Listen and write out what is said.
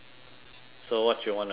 so what you wanna do now